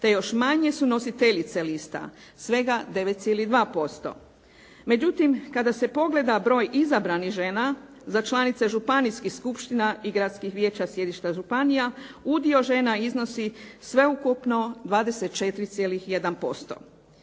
te još manje su nositeljice lista, svega 9,2%. Međutim, kada se pogleda broj izabranih žena za članice županijskih skupština i gradskih vijeća sjedišta županija udio žena iznosi sveukupno 24,1%.